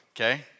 okay